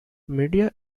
media